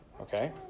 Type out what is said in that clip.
Okay